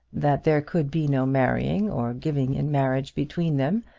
that there could be no marrying or giving in marriage between them,